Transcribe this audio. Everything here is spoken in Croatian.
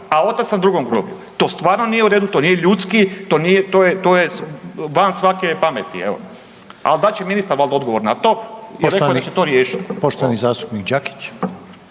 a otac na drugom groblju. To stvarno nije u redu. To nije ljudski. To je van svake pameti, evo. Ali dat će ministar valjda odgovor na to i rekao da će to riješiti.